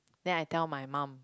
then I tell my mum